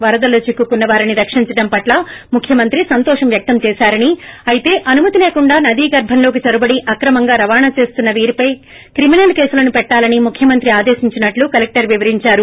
వరదలో చిక్కుకున్న వారిని రక్షించడం పట్ల ముఖ్యమంత్రి సంతోషం వ్యక్తం చేశారని అయితే అనుమతి లేకుండా నదీ గర్బంలోకి చొరబడి అక్రమంగా రవాణా చేస్తున్న వీరి పై క్రిమినల్ కేసులను పెట్టాలని ముఖ్యమంత్రి ఆదేశించినట్లు కలెక్టర్ వివరించారు